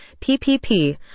PPP